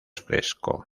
fresco